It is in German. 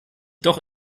doch